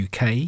UK